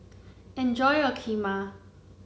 enjoy your Kheema